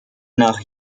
nach